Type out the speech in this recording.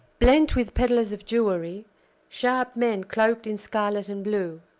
blent with peddlers of jewelry sharp men cloaked in scarlet and blue,